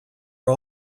are